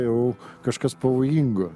jau kažkas pavojingo